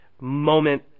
moment